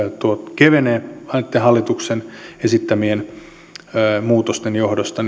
kevenee hallituksen esittämien muutosten johdosta